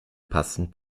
passend